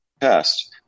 test